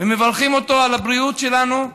ומברכים אותו על הבריאות שלנו,